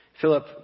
Philip